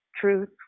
truth